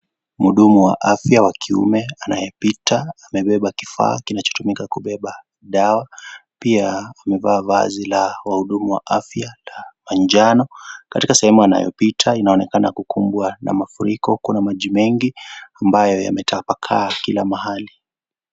Muhudumu wa afya wa kiume, anayepita, amebeba kifaa kinacho tumika kubeba dawa, pia amevaa vazi la wahudumu wa afya la, manjano, katika sehemu anayepita inaonekana kukumbwa na mafuriko, kuna maji mengi, ambayo yametapakaa, kila mahali.